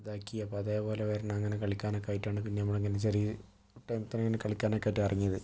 അതാക്കി അപ്പോൾ അതേപോലെ വരണം അങ്ങനെ കളിക്കാൻ ഒക്കെ ആയിട്ടാണ് പിന്നെ നമ്മള് ഇങ്ങനെ ചെറിയ ടീമ് തന്നെ ഇങ്ങനെ കളിക്കാൻ ഒക്കെ ആയിട്ട് ഇറങ്ങിയത്